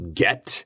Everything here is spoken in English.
get